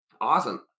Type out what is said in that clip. Awesome